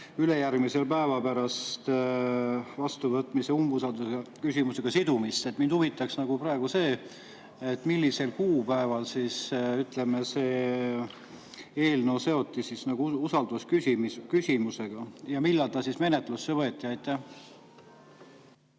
ülejärgmisel päeval pärast vastuvõtmise usaldusküsimusega sidumist. Mind huvitaks praegu see, millisel kuupäeval see eelnõu seoti usaldusküsimusega ja millal see menetlusse võeti.